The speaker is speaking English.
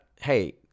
hey